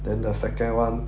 then the second [one]